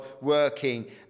working